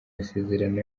masezerano